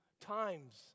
times